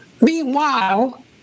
Meanwhile